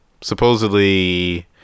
Supposedly